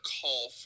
call